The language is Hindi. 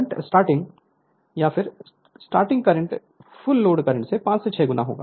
current starting current right starting current full load current 5 से 6 गुना है